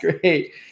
great